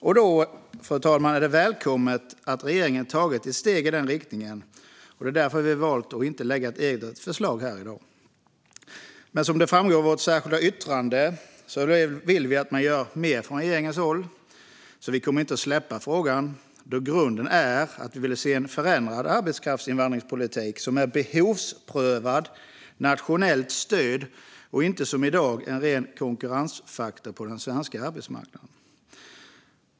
För oss är det därför välkommet, fru talman, att regeringen tagit ett steg i den riktningen. Därför har vi valt att inte lägga fram ett eget förslag här i dag. Men som det framgår av vårt särskilda yttrande vill vi att man gör mer från regeringens håll. Vi kommer inte att släppa frågan, då grunden är att vi vill se en förändrad arbetskraftsinvandringspolitik som är behovsprövad och nationellt styrd och inte som i dag en ren konkurrensfaktor på den svenska arbetsmarknaden.